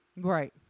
Right